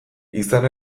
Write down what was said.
izan